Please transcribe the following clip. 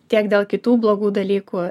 tiek dėl kitų blogų dalykų